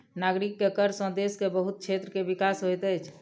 नागरिक के कर सॅ देश के बहुत क्षेत्र के विकास होइत अछि